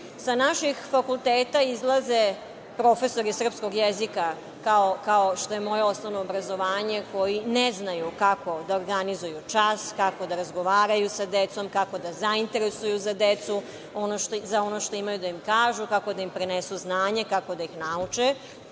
Sa naših fakulteta izlaze profesori srpskog jezika, kao što je moje osnovno obrazovanje, koji ne znaju kako da organizuju čas, kako da razgovaraju sa decom, kako da zainteresuju decu za ono što imaju da im kažu, kako da im prenesu znanje, kako da ih nauče.